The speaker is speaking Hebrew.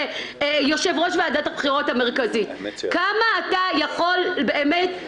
אלא לומר ליושב-ראש ועדת הבחירות המרכזית כמה הוא יכול לתגבר,